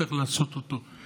וצריך לעשות אותו.